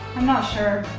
i'm not sure.